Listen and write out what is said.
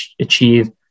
achieve